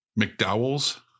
McDowell's